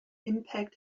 impact